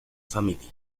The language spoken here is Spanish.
familia